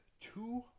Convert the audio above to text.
two